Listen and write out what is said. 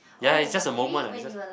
ya it's just a moment ah it's just